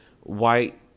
white